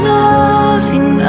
loving